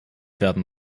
werden